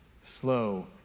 slow